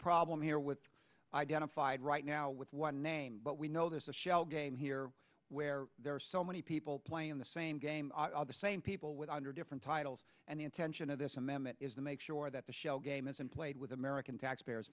problem here with identified right now with one name but we know this is a shell game here where there are so many people playing the same game the same people with under different titles and the intention of this amendment is the make sure that the shell game isn't played with american taxpayers